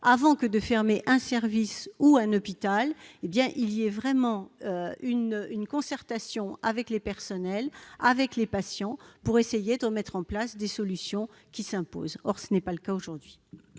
avant de fermer un service ou un hôpital, en engageant une concertation avec les personnels, avec les patients, en vue de trouver les solutions qui s'imposent. Or ce n'est pas le cas aujourd'hui.